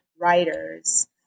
writers